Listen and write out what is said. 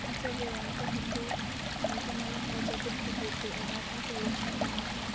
तुमचा व्यायाम पण होतो आणि तुम्हाला मजा पण खूप येते आणि आत्मसंरक्षण पण होतं